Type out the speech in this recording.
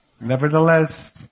Nevertheless